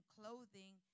clothing